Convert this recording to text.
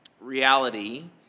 reality